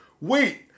wait